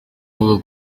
avuga